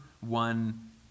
one